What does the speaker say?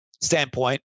standpoint